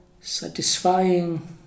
satisfying